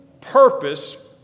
purpose